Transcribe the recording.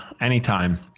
anytime